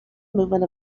movement